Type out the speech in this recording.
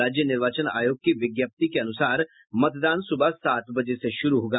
राज्य निर्वाचन आयोग की विज्ञप्ति के अनुसार मतदान सुबह सात बजे से शुरू होगा